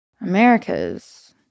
America's